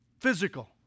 Physical